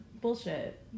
bullshit